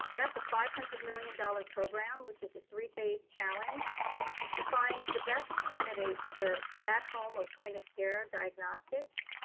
that's a five hundred million dollar program, which is a three-phase challenge to find the best candidates for at home or point of care diagnostics.